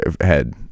head